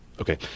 Okay